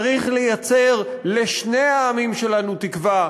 צריך לייצר לשני העמים שלנו תקווה,